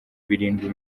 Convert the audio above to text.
birindwi